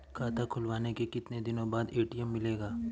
खाता खुलवाने के कितनी दिनो बाद ए.टी.एम मिलेगा?